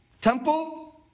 Temple